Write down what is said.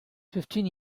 fifteen